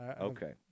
Okay